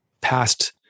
past